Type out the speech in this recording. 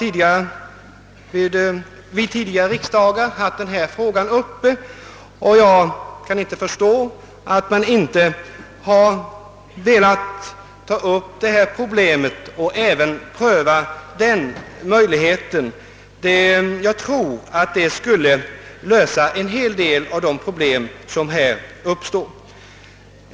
Vi har vid tidigare tillfällen haft denna fråga uppe, och jag kan inte förstå att man inte velat pröva även denna möjlighet. Jag tror att det skulle lösa en hel del av de problem som här uppstår.